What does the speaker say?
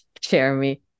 Jeremy